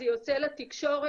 זה יוצא לתקשורת,